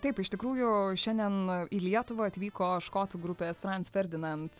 taip iš tikrųjų šiandien į lietuvą atvyko škotų grupės franc ferdinand